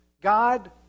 God